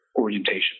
orientation